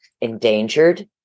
endangered